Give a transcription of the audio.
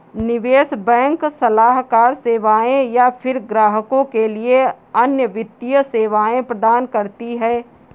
निवेश बैंक सलाहकार सेवाएँ या फ़िर ग्राहकों के लिए अन्य वित्तीय सेवाएँ प्रदान करती है